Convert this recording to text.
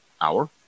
hour